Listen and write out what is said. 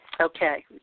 Okay